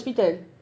hospital